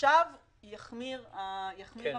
עכשיו יחמיר את המצב.